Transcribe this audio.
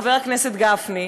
חבר הכנסת גפני,